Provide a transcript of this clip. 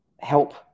help